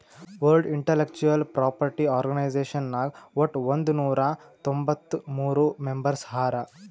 world intellectual property organisation ನಾಗ್ ವಟ್ ಒಂದ್ ನೊರಾ ತೊಂಬತ್ತ ಮೂರ್ ಮೆಂಬರ್ಸ್ ಹರಾ